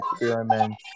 experiments